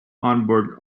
onboard